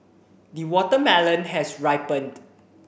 the watermelon has ripened